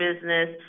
business